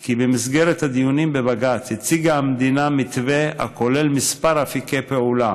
כי במסגרת הדיונים בבג"ץ הציגה המדינה מתווה הכולל כמה אפיקי פעולה